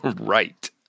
Right